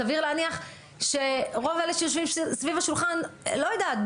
סביר להניח שרוב אלה שיושבים סביב השולחן לא יודעת,